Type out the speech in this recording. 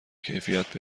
کیفیت